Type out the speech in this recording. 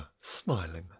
smiling